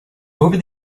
over